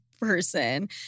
person